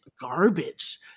garbage